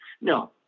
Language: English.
No